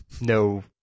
no